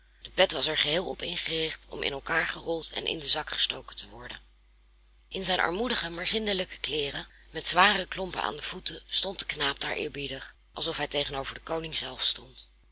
de pet was er geheel op ingericht om in elkaar gerold en in den zak gestoken te worden in zijn armoedige maar zindelijke kleeren met zware klompen aan de voeten stond de knaap daar eerbiedig alsof hij tegenover den koning zelf stond